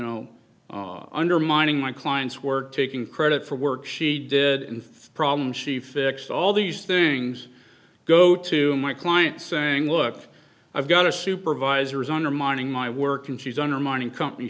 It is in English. know undermining my client's work taking credit for work she did and for problems she fixed all these things go to my client saying look i've got a supervisor is undermining my work and she's undermining company